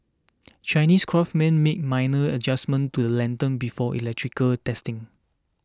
Chinese craftsmen make minor adjustments to the lanterns before electrical testing